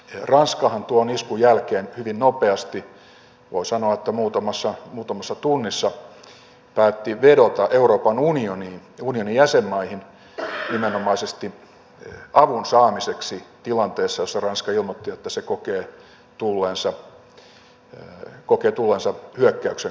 ranskahan tuon iskun jälkeen hyvin nopeasti voi sanoa että muutamassa tunnissa päätti vedota euroopan unioniin ja unionin jäsenmaihin nimenomaisesti avun saamiseksi tilanteessa jossa ranska ilmoitti että se kokee tulleensa hyökkäyksen kohteeksi